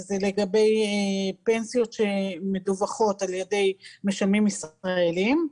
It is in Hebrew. לגבי פנסיות שמדווחות על ידי משלמים ישראלים,